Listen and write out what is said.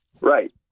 right